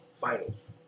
finals